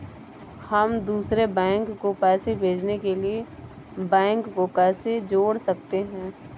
हम दूसरे बैंक को पैसे भेजने के लिए बैंक को कैसे जोड़ सकते हैं?